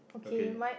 okay